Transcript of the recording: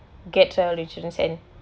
get travel insurance and